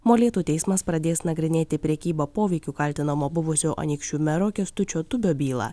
molėtų teismas pradės nagrinėti prekyba poveikiu kaltinamo buvusio anykščių mero kęstučio tubio bylą